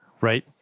Right